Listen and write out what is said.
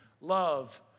love